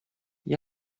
gli